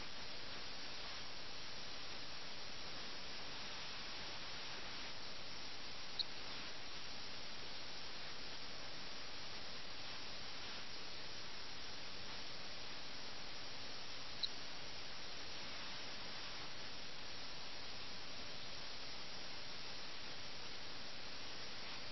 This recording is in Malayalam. അതുകൊണ്ട് ജീവിതത്തെ അട്ടിമറിക്കുന്ന ഒരു വശം ഈ ചെസ്സ് കളിയിലൂടെ പ്രകടമാണ് കാരണം അത് കളിക്കുന്ന മനുഷ്യരുടെ ആത്മാവിനെ വലിച്ചെടുക്കുകയോ എടുത്തുകളയുകയോ ചെയ്യുന്നു കാരണം അവർ ഈ പ്രവർത്തനത്തിൽ അകപ്പെട്ടതിനാൽ ഭക്ഷണം ഉറക്കം വിശ്രമം തുടങ്ങിയ സാധാരണ ശാരീരിക പ്രവർത്തനങ്ങൾ നിർവഹിക്കാൻ പോലും അവർ മറക്കുന്നു